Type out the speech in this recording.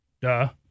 duh